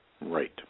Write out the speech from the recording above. Right